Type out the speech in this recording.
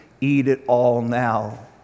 eat-it-all-now